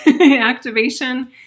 activation